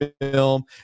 film